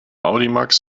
audimax